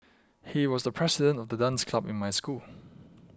he was the president of the dance club in my school